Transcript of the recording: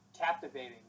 captivating